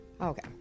Okay